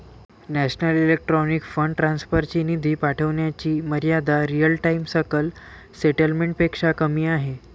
national electronic fund transfer ची निधी पाठविण्याची मर्यादा रिअल टाइम सकल सेटलमेंट पेक्षा कमी आहे